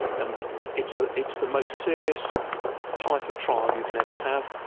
and it's ah it's the most serious type of trial you can ever have.